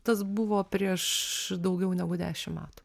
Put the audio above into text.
tas buvo prieš daugiau negu dešim metų